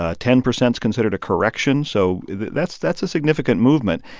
ah ten percent is considered a correction, so that's that's a significant movement.